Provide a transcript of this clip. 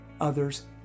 others